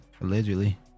allegedly